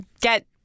get